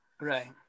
Right